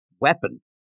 weapon